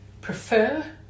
prefer